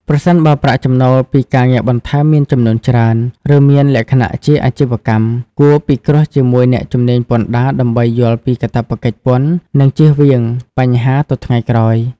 ប្រសិនបើប្រាក់ចំណូលពីការងារបន្ថែមមានចំនួនច្រើន ឬមានលក្ខណៈជាអាជីវកម្ម គួរពិគ្រោះជាមួយអ្នកជំនាញពន្ធដារដើម្បីយល់ពីកាតព្វកិច្ចពន្ធ និងជៀសវាងបញ្ហាទៅថ្ងៃក្រោយ។